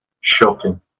shocking